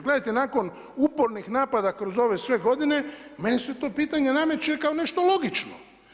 Gledajte nakon upornih napada kroz sve ove godine, meni se to pitanje nameće kao nešto logično.